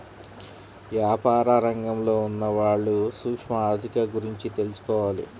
యాపార రంగంలో ఉన్నవాళ్ళు సూక్ష్మ ఆర్ధిక గురించి తెలుసుకోవాలి